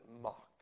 mock